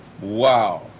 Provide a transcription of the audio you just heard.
Wow